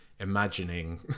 imagining